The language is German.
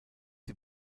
sie